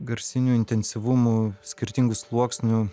garsinių intensyvumų skirtingų sluoksnių